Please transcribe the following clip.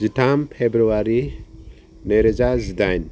जिथाम फेब्रुवारि नै रोजा जिदाइन